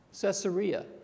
Caesarea